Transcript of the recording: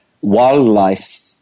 wildlife